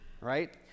right